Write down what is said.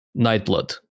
Nightblood